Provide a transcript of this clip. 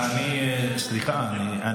חמישה.